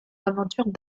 aventures